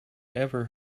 ever